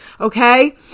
Okay